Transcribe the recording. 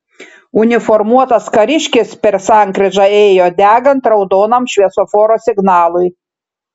uniformuotas kariškis per sankryžą ėjo degant raudonam šviesoforo signalui